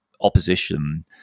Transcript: opposition